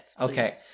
Okay